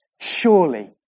surely